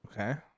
Okay